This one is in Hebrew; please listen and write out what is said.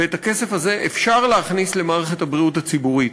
ואת הכסף הזה אפשר להכניס למערכת הבריאות הציבורית.